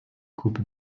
coupes